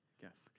yes